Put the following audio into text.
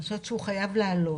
אני חושבת שהוא חייב לעלות.